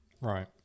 Right